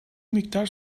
miktar